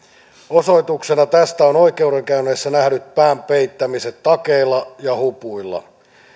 osoituksena tästä on oikeudenkäynneissä nähdyt pään peittämiset takeilla ja hupuilla